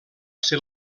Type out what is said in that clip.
ser